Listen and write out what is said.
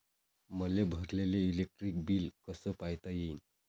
मले भरलेल electric bill कस पायता येईन?